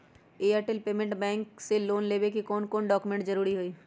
Airtel payments bank से loan लेवे के ले कौन कौन डॉक्यूमेंट जरुरी होइ?